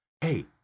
Hey